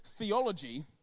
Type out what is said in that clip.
theology